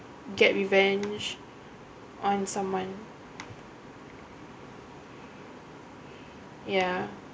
get revenge on someone ya